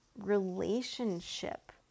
relationship